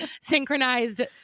synchronized